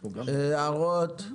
הערות?